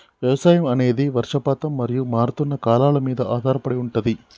వ్యవసాయం అనేది వర్షపాతం మరియు మారుతున్న కాలాల మీద ఆధారపడి ఉంటది